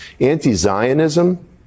Anti-Zionism